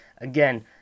Again